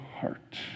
heart